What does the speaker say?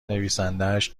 نویسندهاش